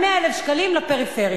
100,000 שקלים לפריפריה.